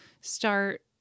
start